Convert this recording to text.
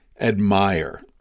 admire